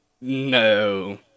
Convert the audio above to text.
No